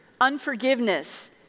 unforgiveness